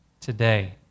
today